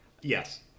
yes